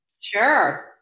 Sure